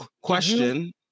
Question